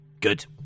Good